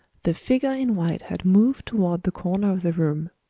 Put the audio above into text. the figure in white had moved toward the corner of the room.